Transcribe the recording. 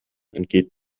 entgeht